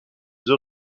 the